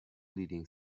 leading